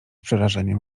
przerażeniem